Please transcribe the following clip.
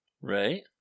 Right